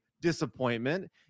disappointment